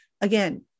again